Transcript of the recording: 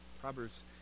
Proverbs